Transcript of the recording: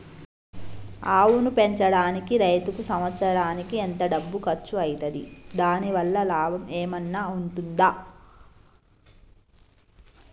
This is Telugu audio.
ఆవును పెంచడానికి రైతుకు సంవత్సరానికి ఎంత డబ్బు ఖర్చు అయితది? దాని వల్ల లాభం ఏమన్నా ఉంటుందా?